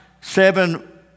seven